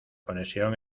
conexión